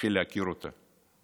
מתחיל להכיר אותה